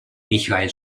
michael